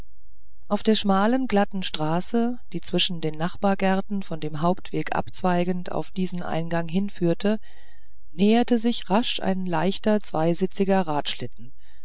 auf der schmalen glatten straße die zwischen den nachbargärten von dem hauptweg abzweigend auf diesen eingang hinführte näherte sich rasch ein leichter zweisitziger